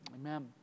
Amen